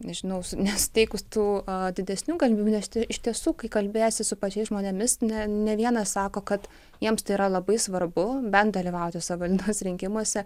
nežinau nesuteikus tų didesnių galimybių nes iš tiesų kai kalbėsi su pačiais žmonėmis ne ne vienas sako kad jiems tai yra labai svarbu bent dalyvauti savivaldos rinkimuose